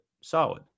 solid